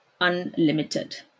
unlimited